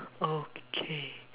okay